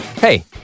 Hey